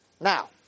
Now